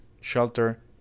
shelter